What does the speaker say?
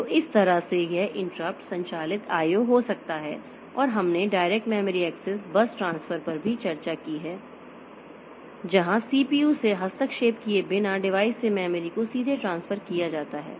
तो इस तरह से यह इंटरप्ट संचालित I O हो सकता है और हमने direct memory access base transfer पर भी चर्चा की है जहाँ CPU से हस्तक्षेप किए बिना डिवाइस से मेमोरी को सीधे ट्रांसफर किया जाता है